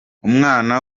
umwana